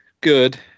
Good